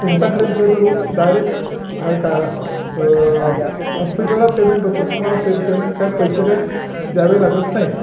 तुमचा claim settle होऊन direct का का हॉस्पिटलला पेमेंट होतो तुम्हाला पे पेमेंट काय पैसे काय द्यावे लागत नाहीत